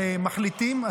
מחליטים,